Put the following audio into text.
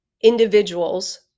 individuals